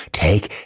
take